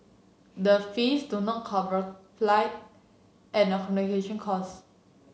the fees do not cover flight and accommodation costs